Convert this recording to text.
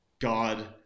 God